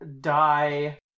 die